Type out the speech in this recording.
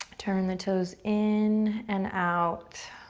turn the toes in and out.